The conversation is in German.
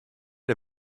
der